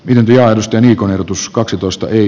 naisten hikoilutus kaksitoista eri